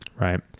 Right